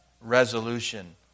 resolution